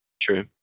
True